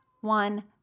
one